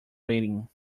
reading